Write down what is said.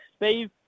Steve